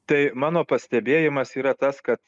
tai mano pastebėjimas yra tas kad